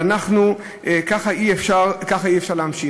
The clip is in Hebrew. וככה אי-אפשר להמשיך.